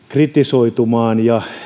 kritisoitumaan ja